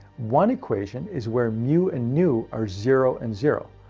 one equation is where mu and nu are zero and zero.